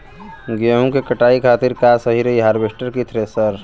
गेहूँ के कटाई करे खातिर का सही रही हार्वेस्टर की थ्रेशर?